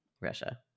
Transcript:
russia